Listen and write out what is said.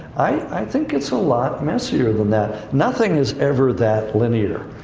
i think it's a lot messier than that. nothing is ever that linear.